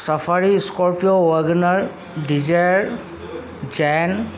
safari scorpio WagonR Dzire zen